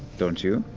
don't you?